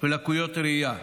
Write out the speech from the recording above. ולקויות ראייה.